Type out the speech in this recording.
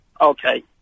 Okay